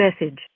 message